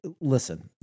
Listen